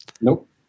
Nope